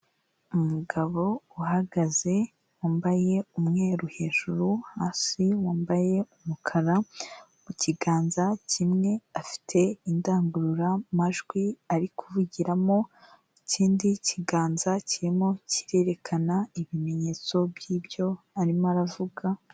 Umugabo uhagaze wambaye umweru hejuru, hasi wambaye umukara, mu kiganza kimwe afite indangururamajwi ari kuvugiramo, ikindi kiganza kirimo kirerekana ibimenyetso by'ibyo arimo aravuga.